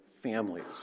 families